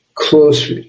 Close